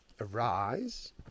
arise